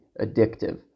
addictive